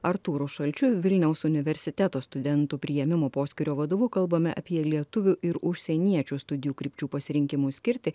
artūru šalčiu vilniaus universiteto studentų priėmimo poskyrio vadovu kalbame apie lietuvių ir užsieniečių studijų krypčių pasirinkimų skirtį